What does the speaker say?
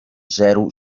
zero